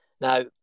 Now